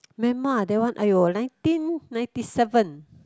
Myanmar that one aiyo nineteen ninety seven